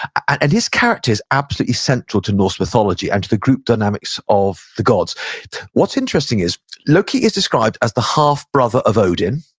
and and his character's absolutely central to norse mythology and to the group dynamics of the gods what's interesting is loki is described as the half brother of odin.